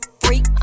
freak